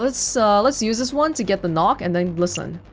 let's so let's use this one to get the knock and then listen